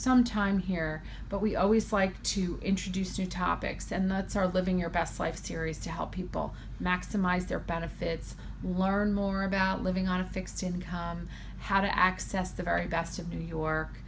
some time here but we always like to introduce new topics and that's our living your best life series to help people maximize their benefits learn more about living on a fixed income how to access the very best of new york